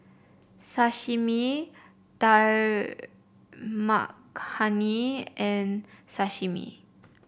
Sashimi Dal Makhani and Sashimi